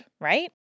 right